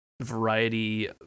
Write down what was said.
variety